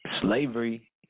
Slavery